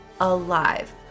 alive